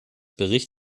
bericht